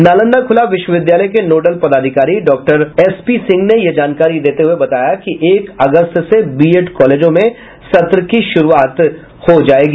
नालंदा खुला विश्वविद्यालय के नोडल पदाधिकारी डाक्टर एसपीसिंह ने यह जानकारी देते हुए बताया कि एक अगस्त से बीएड कॉलेजों में सत्र की शुरूआत हो जायेगी